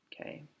okay